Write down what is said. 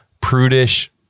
prudish